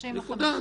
נקודה.